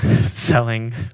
selling